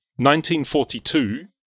1942